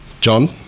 John